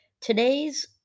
today's